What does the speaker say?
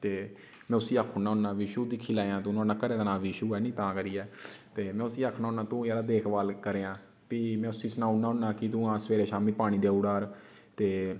ते में उसी आक्खी ओड़ना होन्ना कि विशु दिक्खी लैएआं तू नुहाड़े घर दा नांऽ विशु ऐ नी तां करियै ते में उसी आखना होन्ना तू यार देखभाल करेआं फ्ही में उसी सनाई उड़ना होन्ना कि तूं हा सबेरे शाम्मी पानी देऊ उड़ा कर ते